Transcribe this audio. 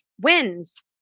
wins